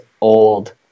old